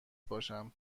باشم